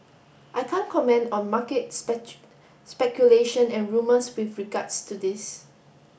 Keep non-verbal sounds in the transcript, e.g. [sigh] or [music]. I can't comment on market [unintelligible] speculation and rumours with regards to this